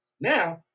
Now